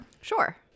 Sure